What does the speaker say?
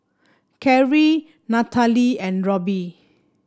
Karrie Nathaly and Robby